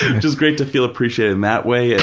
which is great to feel appreciated in that way and